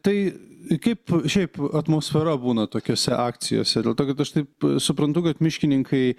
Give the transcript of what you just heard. tai kaip šiaip atmosfera būna tokiose akcijose dėl to kad aš taip suprantu kad miškininkai